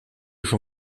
schon